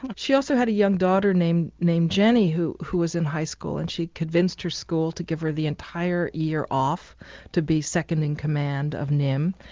she also had a young daughter named named jenny who who was in high school and she'd convinced her school to give her the entire year off to be second in command of nim.